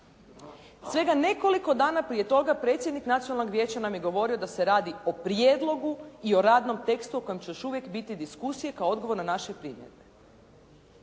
Svega nekoliko dana prije toga predsjednik Nacionalnog vijeća nam je govorio da se radi o prijedlogu i o radnom tekstu o kojem će još uvijek biti diskusije kao odgovor na naše primjedbe.